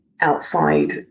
outside